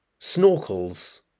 snorkels